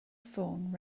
phone